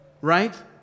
Right